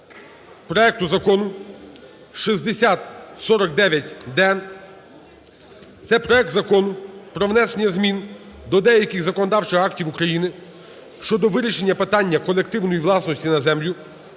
проекту Закону 6049-д – це проект Закону про внесення змін до деяких законодавчих актів України щодо вирішення питання колективної власності на землю,